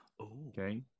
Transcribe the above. Okay